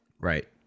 Right